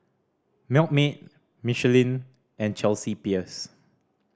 Milkmaid Michelin and Chelsea Peers